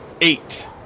eight